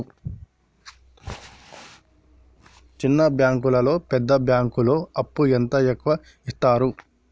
చిన్న బ్యాంకులలో పెద్ద బ్యాంకులో అప్పు ఎంత ఎక్కువ యిత్తరు?